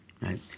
right